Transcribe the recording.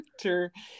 character